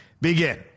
begin